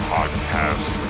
Podcast